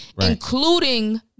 including